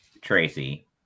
tracy